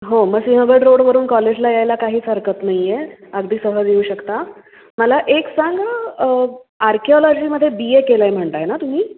हो मग सिहभट रोडवरून कॉलेजला यायला काहीच हरकत नाही आहे अगदी सहज येऊ शकता मला एक सांग आर्किओलॉजीमध्ये बी ए केलं आहे म्हणत आहे ना तुम्ही